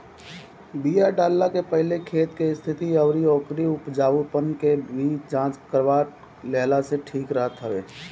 बिया डालला के पहिले खेत के स्थिति अउरी ओकरी उपजाऊपना के भी जांच करवा लेहला से ठीक रहत हवे